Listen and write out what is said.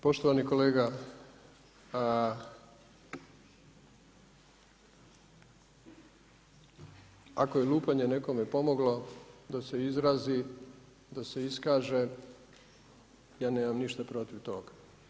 Poštovani kolega ako je lupanje nekome pomoglo da se izrazi, da se iskaže ja nemam ništa protiv toga.